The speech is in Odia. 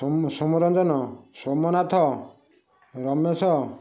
ସୋମ ସୋମ୍ୟ ରଂଜନ ସୋମନାଥ ରମେଶ